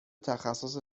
تخصص